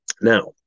Now